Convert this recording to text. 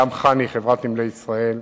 גם חברת "נמלי ישראל",